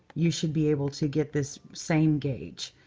you should be able to get this same gauge.